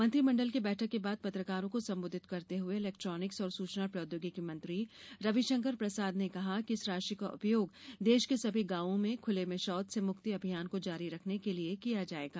मंत्रिमंडल की बैठक के बाद पत्रकारों को संबोधित करते हुए इलेक्ट्रॉनिक्स और सूचना प्रौद्योगिकी मंत्री रविशंकर प्रसाद ने कहा कि इस राशि का उपयोग देश के सभी गांवो में खुले में शौच से मुक्ति अभियान को जारी रखने के लिए किया जाएगा